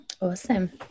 awesome